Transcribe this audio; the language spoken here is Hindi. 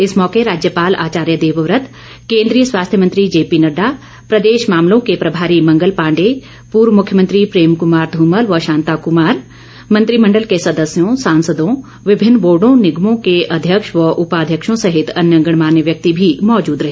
इस मौके राज्यपाल आचार्य देवव्रत केन्द्रीय स्वास्थ्य मंत्री जेपी नड़डा प्रदेश मामलों के प्रभारी मंगल पाण्डे पूर्व मुख्यमंत्री प्रेम कमार ध्रमल व शांता कमार मंत्रिमण्डल के सदस्यों सांसदों विभिन्न बोर्डों निगमों के अध्यक्ष व उपाध्यक्षों सहित अन्य गणमान्य व्यक्ति भी मौजूद रहे